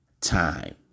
time